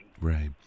Right